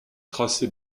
tracé